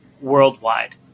worldwide